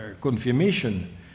confirmation